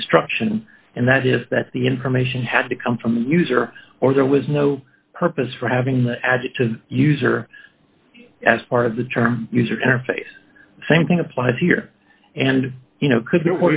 construction and that is that the information had to come from the user or there was no purpose for having the added to the user as part of the term user interface same thing applies here and you know could